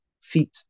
Feet